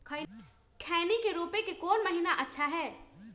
खैनी के रोप के कौन महीना अच्छा है?